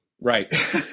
Right